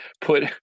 put